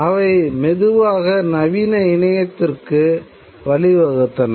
அவை மெதுவாக நவீன இணையத்திற்கு வழிவகுத்தன